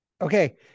okay